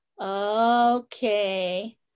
Okay